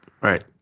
Right